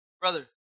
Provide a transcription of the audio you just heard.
Brother